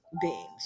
beings